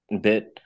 bit